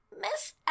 Miss